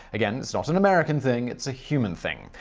again, it's not an american thing it's a human thing.